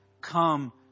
come